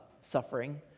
suffering